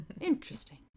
Interesting